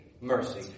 mercy